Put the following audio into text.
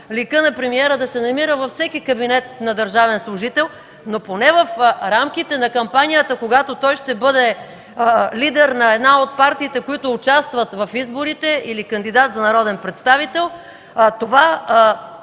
ликът на премиера да се намира във всеки кабинет на държавен служител, но поне в рамките на кампанията, когато ще бъде лидер на една от партиите, които участват в изборите или кандидат за народен представител, това